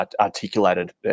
articulated